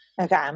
Okay